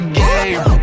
game